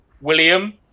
william